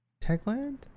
Techland